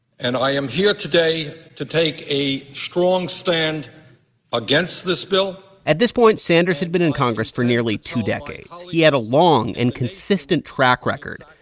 and i am here today to take a strong stand against this bill at this point, sanders had been in congress for nearly two decades. he had a long and consistent track record,